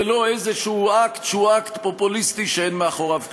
ולא איזה אקט שהוא אקט פופוליסטי שאין מאחוריו כלום.